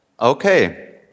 Okay